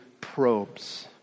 probes